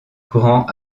courant